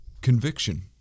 conviction